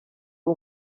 uri